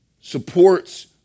supports